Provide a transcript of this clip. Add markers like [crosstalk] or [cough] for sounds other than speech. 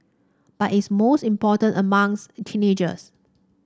but it's most important among [unintelligible] teenagers